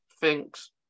thinks